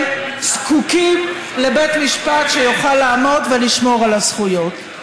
זקוקים לבית משפט שיוכל לעמוד ולשמור על הזכויות.